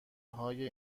های